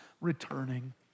returning